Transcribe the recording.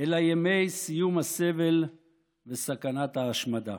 אלא ימי סיום הסבל וסכנת ההשמדה.